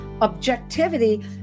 objectivity